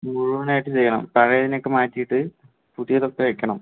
മുഴുവനായിട്ട് ചെയ്യണം പഴയതിനൊക്കെ മാറ്റിയിട്ട് പുതിയതൊക്കെ വെക്കണം